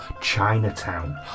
Chinatown